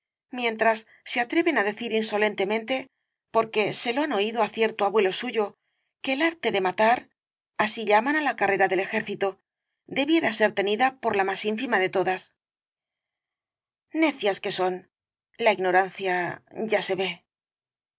mientras se atreven á decir insolentemente porque se lo han oído á cierto abuelo suyo que el arte de matar así llaman á la carrera del ejército debiera ser tenida por la más ínfima de todas necias que son la ignorancia ya se ve pues